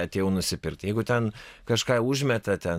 atėjau nusipirkt jeigu ten kažką užmeta ten